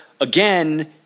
again